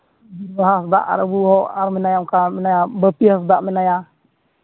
ᱵᱤᱨᱵᱟᱦᱟ ᱦᱟᱸᱥᱫᱟ ᱟᱨ ᱟᱵᱚ ᱟᱨ ᱢᱮᱱᱟᱭᱟ ᱚᱱᱠᱟ ᱢᱮᱱᱟᱭᱟ ᱵᱟᱹᱯᱤ ᱦᱟᱸᱥᱫᱟᱜ ᱢᱮᱱᱟᱭᱟ